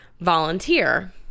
volunteer